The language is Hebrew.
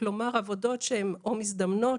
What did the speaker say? כלומר עבודות שהן או מזדמנות,